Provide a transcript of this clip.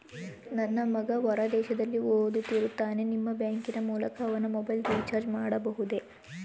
ನನ್ನ ಮಗ ಹೊರ ದೇಶದಲ್ಲಿ ಓದುತ್ತಿರುತ್ತಾನೆ ನಿಮ್ಮ ಬ್ಯಾಂಕಿನ ಮೂಲಕ ಅವನ ಮೊಬೈಲ್ ರಿಚಾರ್ಜ್ ಮಾಡಬಹುದೇ?